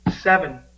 seven